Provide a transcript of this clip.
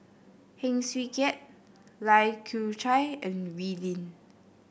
Heng Swee Keat Lai Kew Chai and Wee Lin